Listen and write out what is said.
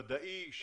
ודאי,